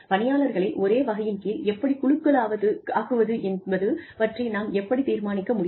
பணியாளர்களை ஒரே வகையின் கீழ் எப்படி குழுக்களாக்குவது என்பது பற்றி நாம் எப்படித் தீர்மானிக்க முடியும்